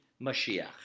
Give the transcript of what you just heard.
mashiach